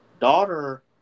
daughter